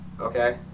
Okay